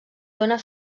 dóna